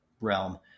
realm